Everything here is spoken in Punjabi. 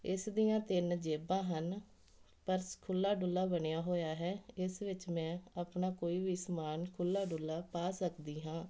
ਇਸ ਦੀਆਂ ਤਿੰਨ ਜੇਬਾਂ ਹਨ ਪਰਸ ਖੁੱਲ੍ਹਾ ਡੁੱਲ੍ਹਾ ਬਣਿਆ ਹੋਇਆ ਹੈ ਇਸ ਵਿੱਚ ਮੈਂ ਆਪਣਾ ਕੋਈ ਵੀ ਸਮਾਨ ਖੁੱਲ੍ਹਾ ਡੁੱਲ੍ਹਾ ਪਾ ਸਕਦੀ ਹਾਂ